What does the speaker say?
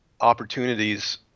opportunities